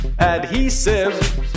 Adhesive